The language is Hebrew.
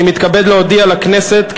אני מתכבד להודיע לכנסת,